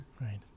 right